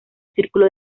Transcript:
círculo